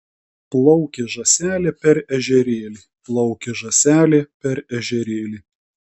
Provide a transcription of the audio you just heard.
plaukė žąselė per ežerėlį plaukė žąselė per ežerėlį